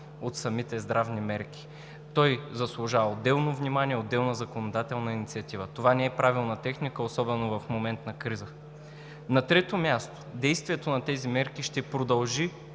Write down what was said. от самите здравни мерки. Той заслужава отделно внимание, отделна законодателна инициатива. Това не е правилна техника, особено в момент на криза. На трето място, действието на тези мерки ще продължи